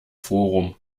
forum